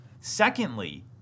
Secondly